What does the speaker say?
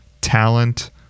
Talent